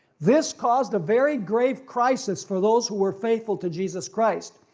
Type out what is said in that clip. this caused a very grave crisis for those who were faithful to jesus christ,